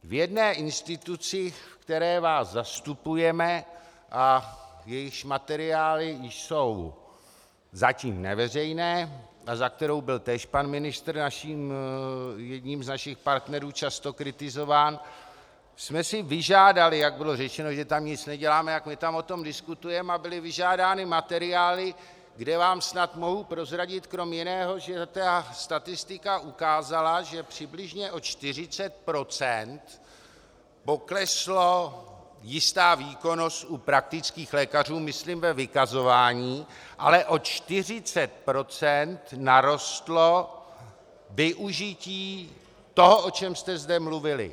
V jedné instituci, ve které vás zastupujeme a jejíž materiály jsou zatím neveřejné a za kterou byl též pan ministr jedním z našich partnerů často kritizován, jsme si vyžádali, jak bylo řečeno, že tam nic neděláme, tak my tam o tom diskutujeme a byly vyžádány materiály, kde vám snad mohu prozradit krom jiného, že statistika ukázala, že přibližně o 40 % poklesla jistá výkonnost u praktických lékařů, myslím ve vykazování, ale o 40 % narostlo využití toho, o čem jste zde mluvili.